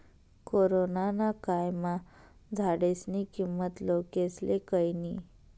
corona ना कायमा झाडेस्नी किंमत लोकेस्ले कयनी